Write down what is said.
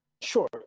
Sure